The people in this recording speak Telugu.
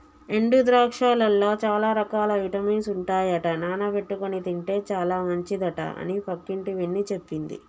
ఎండు ద్రాక్షలల్ల చాల రకాల విటమిన్స్ ఉంటాయట నానబెట్టుకొని తింటే చాల మంచిదట అని పక్కింటి పిన్ని చెప్పింది